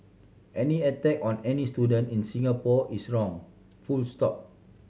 any attack on any student in Singapore is wrong full stop